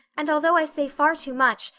and although i say far too much,